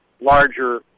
larger